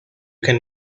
can